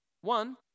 One